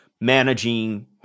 managing